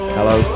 Hello